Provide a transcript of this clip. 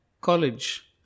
college